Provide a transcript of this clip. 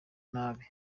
nabi